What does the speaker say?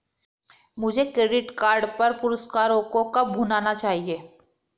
मुझे credit card पर पुरस्कारों को कब भुनाना चाहिए?